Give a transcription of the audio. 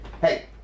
Hey